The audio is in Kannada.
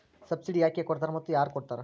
ಸಬ್ಸಿಡಿ ಯಾಕೆ ಕೊಡ್ತಾರ ಮತ್ತು ಯಾರ್ ಕೊಡ್ತಾರ್?